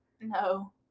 No